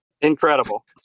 Incredible